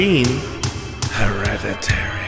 Hereditary